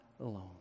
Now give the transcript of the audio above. alone